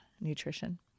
nutrition